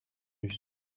russes